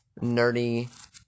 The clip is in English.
nerdy